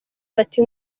bati